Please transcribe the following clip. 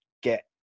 get